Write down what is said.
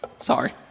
Sorry